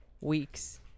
weeks